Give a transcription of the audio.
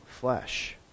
flesh